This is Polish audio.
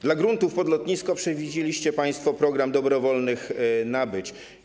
Dla gruntów pod lotnisko przewidzieliście państwo program dobrowolnych nabyć.